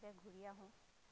একেলগে ঘূৰি আহোঁ